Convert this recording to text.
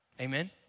amen